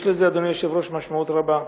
יש לזה, אדוני היושב-ראש, משמעות רבה,